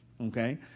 okay